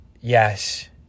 yes